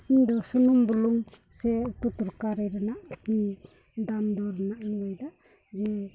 ᱤᱧᱫᱚ ᱥᱩᱱᱩᱢ ᱵᱩᱞᱩᱝ ᱥᱮ ᱩᱛᱩ ᱛᱚᱨᱠᱟᱨᱤ ᱨᱮᱱᱟᱜ ᱫᱟᱢ ᱫᱚᱨ ᱨᱮᱱᱟᱜ ᱤᱧ ᱞᱟᱹᱭᱫᱟ ᱡᱮ